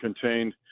contained